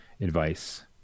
advice